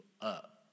up